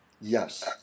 Yes